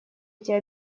эти